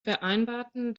vereinbarten